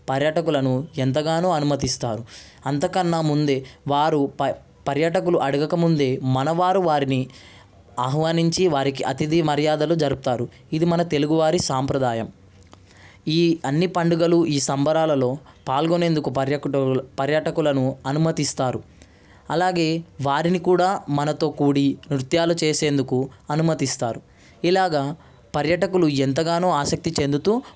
పర్యటకులను ఎంతగానో అనుమతిస్తారు అంతకన్నా ముందే వారు పరే పర్యటకులు అడగకముందే మనవారు వారిని ఆహ్వానించి వారికి అతిథి మర్యాదలు జరుపుతారు ఇది మన తెలుగువారి సాంప్రదాయం ఈ అన్ని పండుగలు ఈ సంబరాలలో పాల్గొనేందుకు పర్యటకు పర్యటకులను అనుమతిస్తారు అలాగే వారిని కూడా మనతో కూడి నృత్యాలు చేసేందుకు అనుమతిస్తారు ఇలాగా పర్యటకులు ఎంతగానో ఆసక్తి చెందుతూ